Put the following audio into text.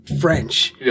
French